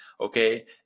okay